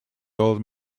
old